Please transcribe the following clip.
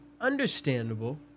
Understandable